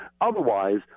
otherwise